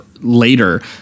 later